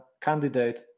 candidate